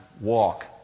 walk